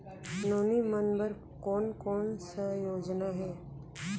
नोनी मन बर कोन कोन स योजना हे?